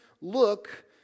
look